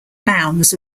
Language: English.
bounds